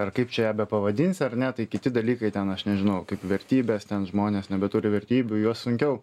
ar kaip čia ją bepavadinsi ar ne tai kiti dalykai ten aš nežinau kaip vertybės ten žmonės nebeturi vertybių juos sunkiau